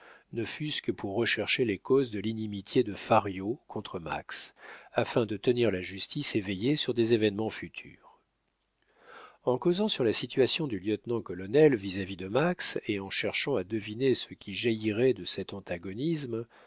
ne fût-ce que pour rechercher les causes de l'inimitié de fario contre max afin de tenir la justice éveillée sur des événements futurs en causant sur la situation du lieutenant-colonel vis-à-vis de max et en cherchant à deviner ce qui jaillirait de cet antagonisme